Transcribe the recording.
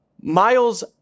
Miles